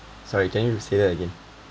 sorry can you say that again